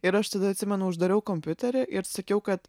ir aš tada atsimenu uždariau kompiuterį ir sakiau kad